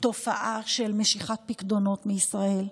תופעה של משיכת פיקדונות מישראל.